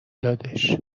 دادش